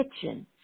kitchen